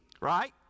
right